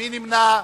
מי נמנע?